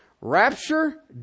rapture